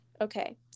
Okay